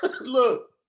Look